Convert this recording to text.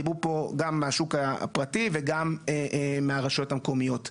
דיברו פה גם מהשוק הפרטי וגם מהרשויות המקומיות,